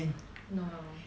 no